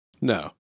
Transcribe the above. No